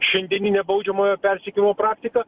šiandieninę baudžiamojo persekiojimo praktiką